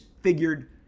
figured